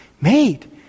made